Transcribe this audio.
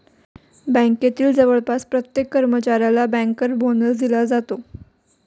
बँकेतील जवळपास प्रत्येक कर्मचाऱ्याला बँकर बोनस दिला जातो